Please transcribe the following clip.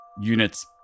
Unit's